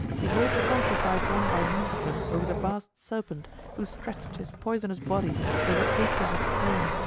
behold the conquest i have won by means of them over the vast serpent who stretched his poisonous body over acres of the plain!